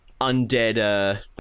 undead